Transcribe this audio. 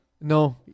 No